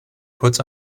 puts